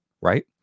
Right